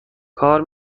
کار